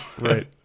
Right